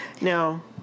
Now